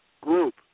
group